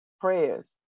prayers